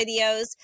videos